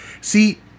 see